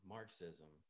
Marxism